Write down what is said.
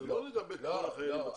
לא לגבי כל החיילים בצבא.